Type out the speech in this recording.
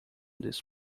this